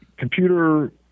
Computer